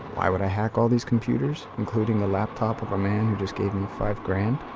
why would i hack all these computers. including the laptop of a man who just gave me five grand?